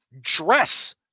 dress